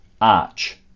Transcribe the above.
arch